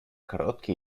короткий